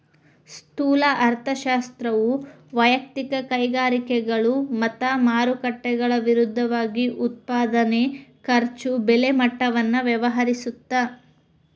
ಸ್ಥೂಲ ಅರ್ಥಶಾಸ್ತ್ರವು ವಯಕ್ತಿಕ ಕೈಗಾರಿಕೆಗಳು ಮತ್ತ ಮಾರುಕಟ್ಟೆಗಳ ವಿರುದ್ಧವಾಗಿ ಉತ್ಪಾದನೆ ಖರ್ಚು ಬೆಲೆ ಮಟ್ಟವನ್ನ ವ್ಯವಹರಿಸುತ್ತ